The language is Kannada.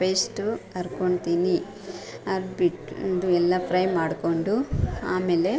ಪೇಸ್ಟು ಅರ್ಕೋತೀನಿ ಅರ್ದ್ಬಿಟ್ಟು ಇದು ಎಲ್ಲ ಫ್ರೈ ಮಾಡ್ಕೊಂಡು ಆಮೇಲೆ